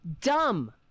Dumb